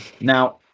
Now